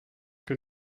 que